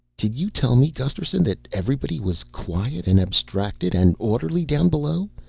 did you tell me, gusterson, that everybody was quiet and abstracted and orderly down below,